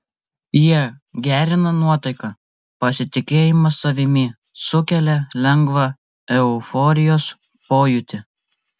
jie gerina nuotaiką pasitikėjimą savimi sukelia lengvą euforijos pojūtį